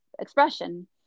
expression